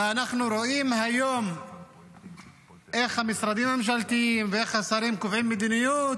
ואנחנו רואים היום איך המשרדים הממשלתיים ואיך השרים קובעים מדיניות,